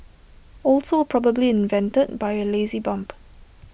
also probably invented by A lazy bump